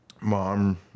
mom